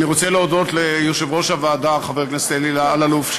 אני רוצה להודות ליושב-ראש הוועדה חבר הכנסת אלי אלאלוף,